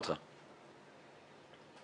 זה החלטת ממשלה.